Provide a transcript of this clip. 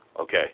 Okay